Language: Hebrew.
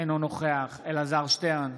אינו נוכח אלעזר שטרן,